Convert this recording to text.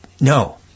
No